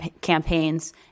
campaigns